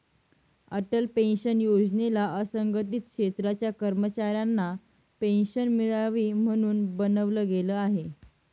Atal pension योजनेला असंघटित क्षेत्राच्या कर्मचाऱ्यांना पेन्शन मिळावी, म्हणून बनवलं गेलं आहे